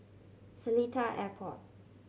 Seletar Airport